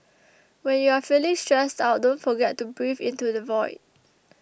when you are feeling stressed out don't forget to breathe into the void